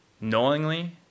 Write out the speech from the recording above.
knowingly